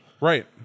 Right